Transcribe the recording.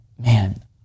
Man